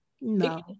no